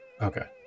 Okay